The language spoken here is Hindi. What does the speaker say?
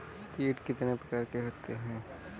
कीट कितने प्रकार के होते हैं?